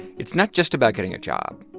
it's not just about getting a job.